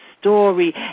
story